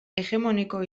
hegemoniko